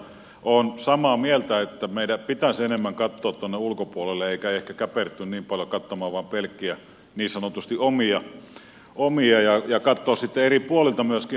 olen samaa mieltä että meidän pitäisi enemmän katsoa tuonne ulkopuolelle eikä ehkä käpertyä niin paljon katsomaan vain pelkkiä niin sanotusti omia ja katsoa sitten eri puolilta myöskin niitä vertailuja